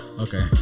okay